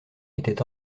était